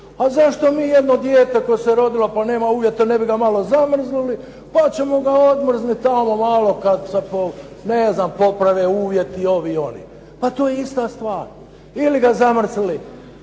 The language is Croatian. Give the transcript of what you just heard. a zašto mi jedno dijete koje se rodilo pa nema uvjeta ne bi ga malo zamrznuli pa ćemo ga odmrznut tamo malo kad za to ne znam poprave uvjeti, ovi, oni. Pa to je ista stvar. Ili ga zamrznuli